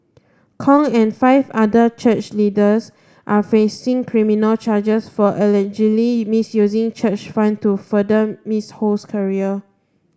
Kong and five other church leaders are facing criminal charges for allegedly misusing church fund to further Miss Ho's career